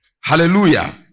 Hallelujah